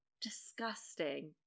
disgusting